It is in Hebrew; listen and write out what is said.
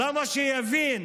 למה שיבין